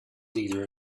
leader